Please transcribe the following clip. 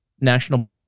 national